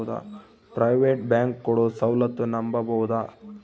Private bank ಕೊಡೊ ಸೌಲತ್ತು ನಂಬಬೋದ?